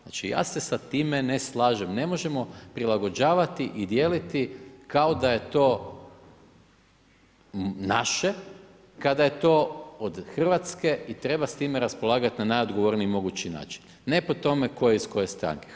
Znači ja se sa time ne slažem, ne možemo prilagođavati i dijeliti kao da je to naše kada je to od Hrvatske i treba s time raspolagati na najodgovorniji mogući način, ne po tome tko je iz koje stranke.